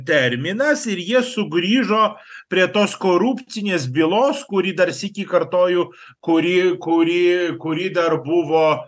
terminas ir jie sugrįžo prie tos korupcinės bylos kuri dar sykį kartoju kurį kurį kuri dar buvo